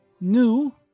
new